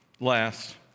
Last